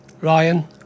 Ryan